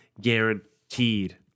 Guaranteed